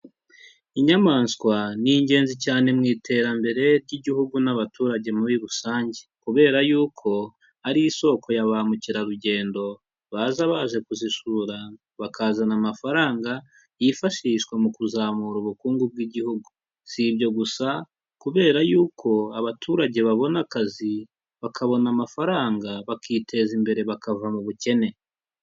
Inyamaswa ni ingenzi cyane mu iterambere ry'igihugu n'abaturage muri rusange. Kubera yuko ari isoko ya ba mukerarugendo baza baje kuzisura bakazana amafaranga yifashishwa mu kuzamura ubukungu bw'igihugu. S ibyo gusa kubera yuko abaturage babona akazi bakabona amafaranga bakiteza imbere bakava mu bukene.